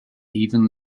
even